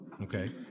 Okay